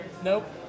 Nope